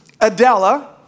Adela